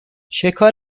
شکار